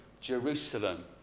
Jerusalem